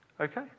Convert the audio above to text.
okay